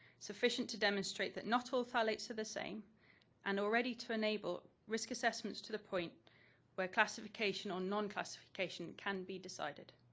sufficient to demonstrate that not all phthalates are the same and already to enable risk assessments to the point where classification or nonclassification can be decided.